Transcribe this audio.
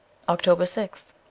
october sixth